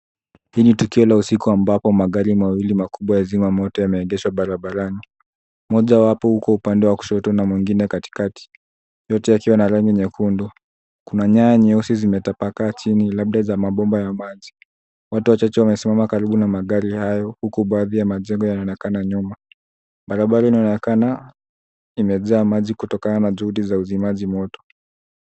Hii ni tukio ya usiku ambapo magari mawili makubwa ya zima moto yameegeshwa barabarani. Mojawapo uko upande wa kushoto na mwengine katikati, yote yakiwa na rangi nyekundu. Kuna nyaya nyeusi zimetapakaa chini labda za mabomba ya maji. Watu wachache wamesimama karibu na magari hayo huku baadhi ya majengo yanaonekana nyuma. Barabara inaonekana imejaa maji kutokana na juhudi za uzimaji moto.